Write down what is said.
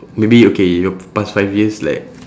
maybe okay your past five years like